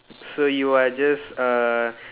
so you are just err